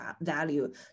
value